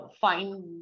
find